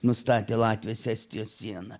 nustatė latvijos estijos sieną